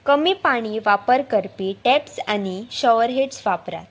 कमी पाणी वापर करपी टॅप्स आनी शवर हेड्स वापरात